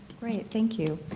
great. thank you.